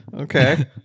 okay